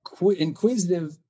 inquisitive